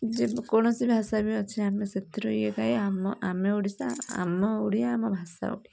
ଯେକୌଣସି ଭାଷା ବି ଅଛି ଆମେ ସେଥିରୁ ଇଏ ପାଇଁ ଆମେ ଓଡ଼ିଶା ଆମ ଓଡ଼ିଆ ଆମ ଭାଷା ଓଡ଼ିଆ